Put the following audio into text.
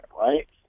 right